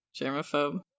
germaphobe